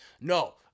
No